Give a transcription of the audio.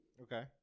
Okay